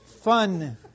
Fun